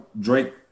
Drake